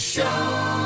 Show